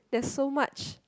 there is so much